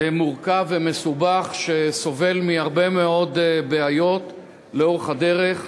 מורכב ומסובך, שסובל מהרבה מאוד בעיות לאורך הדרך,